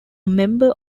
member